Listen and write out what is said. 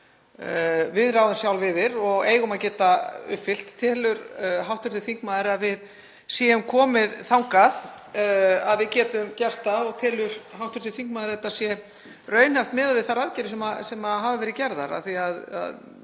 við ráðum sjálf yfir og eigum að geta uppfyllt. Telur hv. þingmaður að við séum komin þangað að við getum gert það og telur hv. þingmaður að þetta sé raunhæft miðað við þær aðgerðir sem hefur verið farið